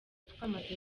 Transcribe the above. twamaze